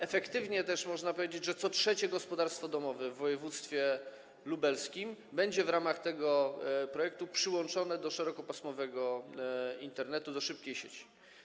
Efektywnie też można powiedzieć, że co trzecie gospodarstwo domowe w województwie lubelskim będzie w ramach tego projektu przyłączone do szerokopasmowego Internetu, do szybkiej sieci.